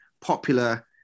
popular